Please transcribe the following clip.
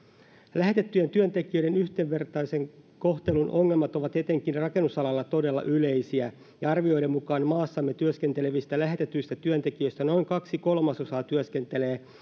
lähetettyjen työntekijöiden yhdenvertaisen kohtelun ongelmat ovat etenkin rakennusalalla todella yleisiä ja arvioiden mukaan maassamme työskentelevistä lähetetyistä työntekijöistä noin kaksi kolmasosaa työskentelee